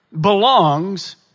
belongs